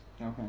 okay